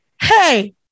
hey